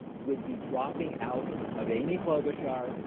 with the dropping out of any clothes ah or.